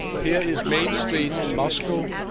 here is main street, moscow,